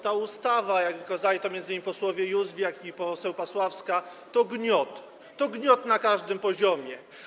Ta ustawa, jak wykazali to m.in. poseł Józwiak i poseł Pasławska, to gniot, to gniot na każdym poziomie.